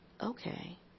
okay